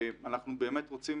אנחנו באמת רוצים